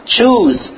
Choose